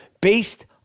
based